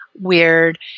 weird